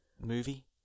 movie